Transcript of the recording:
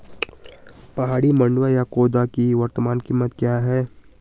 पहाड़ी मंडुवा या खोदा की वर्तमान कीमत क्या है?